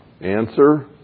Answer